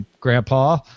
Grandpa